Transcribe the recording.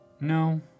No